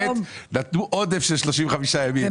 נתנו עודף של 35 יום, כולל חגים.